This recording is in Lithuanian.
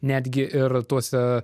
netgi ir tuose